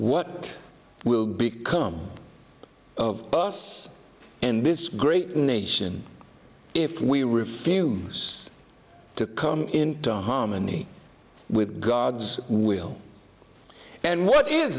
what will become of us in this great nation if we refuse to come into harmony with god's will and what is